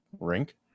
rink